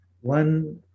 one